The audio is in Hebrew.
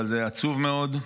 אבל זה עצוב מאוד,